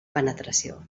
penetració